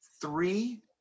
three